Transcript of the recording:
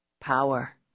Power